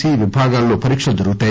C విభాగాల్లో పరీక్షలు జరుగుతాయి